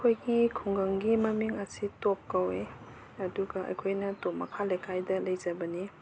ꯑꯩꯈꯣꯏꯒꯤ ꯈꯨꯡꯒꯪꯒꯤ ꯃꯃꯤꯡ ꯑꯁꯤ ꯇꯣꯞ ꯀꯧꯏ ꯑꯗꯨꯒ ꯑꯩꯈꯣꯏꯅ ꯇꯣꯞ ꯃꯈꯥ ꯂꯩꯀꯥꯏꯗ ꯂꯩꯖꯕꯅꯤ